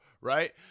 right